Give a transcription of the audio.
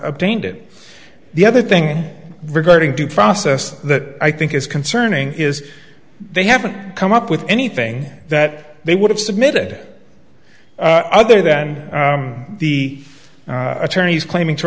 obtained it the other thing regarding due process that i think is concerning is they haven't come up with anything that they would have submitted other than the attorneys claiming to